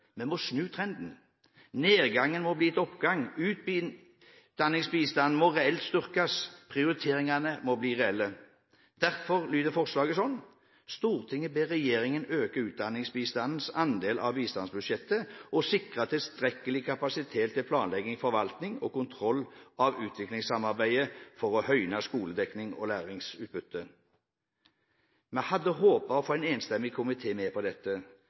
Vi må snu trenden, nedgangen må bli til oppgang. Utdanningsbistanden må reelt styrkes. Prioriteringene må bli reelle. Derfor lyder forslaget til vedtak slik: «Stortinget ber regjeringen øke utdanningsbistandens andel av bistandsbudsjettet og sikre tilstrekkelig kapasitet til planlegging, forvaltning og kontroll av utviklingssamarbeidet for å høyne skoledekningen og læringsutbyttet.» Vi hadde håpet å få en enstemmig komité med på dette,